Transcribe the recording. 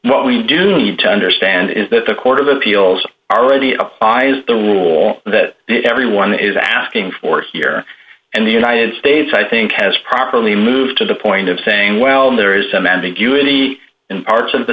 what we do need to understand is that the court of appeals are already apply is the rule that everyone is asking for here and the united states i think has properly moved to the point of saying well there is some ambiguity in parts of